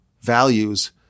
values